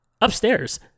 Upstairs